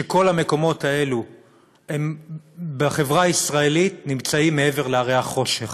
שכל המקומות האלה בחברה הישראלית נמצאים מעבר להרי החושך